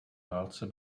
válce